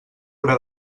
haurà